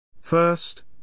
First